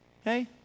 Hey